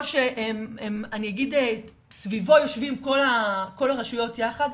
עוד אין שולחן עגול שסביבו יושבים כל הרשויות יחד.